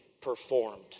performed